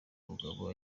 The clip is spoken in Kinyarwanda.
mugabo